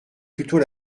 plutôt